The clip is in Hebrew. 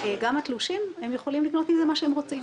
עם התלושים הם יכולים לקנות מה שהם רוצים,